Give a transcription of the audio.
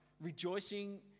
rejoicing